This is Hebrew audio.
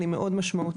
היא מאוד משמעותית,